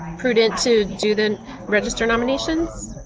prudent to do the register nominations?